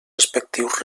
respectius